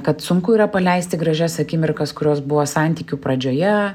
kad sunku yra paleisti gražias akimirkas kurios buvo santykių pradžioje